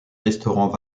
restaurants